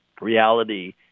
reality